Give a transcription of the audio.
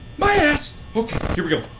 my ass! okay, here we go.